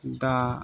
ᱫᱟᱜ